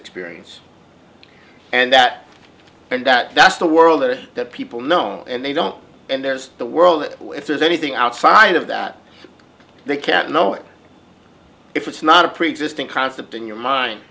experience and that and that thus the world is that people know and they don't and there's the world that if there's anything outside of that they can't know if it's not a preexisting concept in your mind